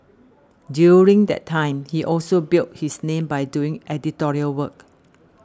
during that time he also built his name by doing editorial work